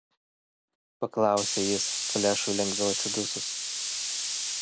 paklausė jis flešui lengviau atsidusus